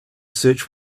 search